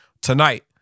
tonight